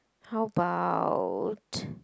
how about